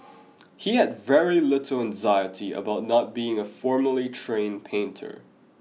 he had very little anxiety about not being a formally trained painter